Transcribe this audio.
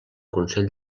consell